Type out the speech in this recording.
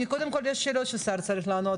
קודם כול יש שאלות שהשר צריך לענות,